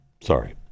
Sorry